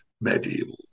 medieval